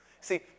See